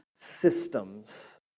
systems